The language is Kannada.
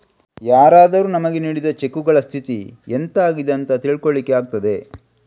ಯಾರಾದರೂ ನಮಿಗೆ ನೀಡಿದ ಚೆಕ್ಕುಗಳ ಸ್ಥಿತಿ ಎಂತ ಆಗಿದೆ ಅಂತ ತಿಳ್ಕೊಳ್ಳಿಕ್ಕೆ ಆಗ್ತದೆ